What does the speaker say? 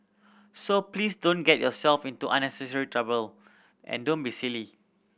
so please don't get yourself into unnecessary trouble and don't be silly